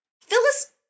Phyllis